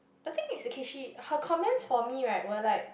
the thing is okay she her comments for me right were like